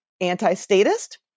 anti-statist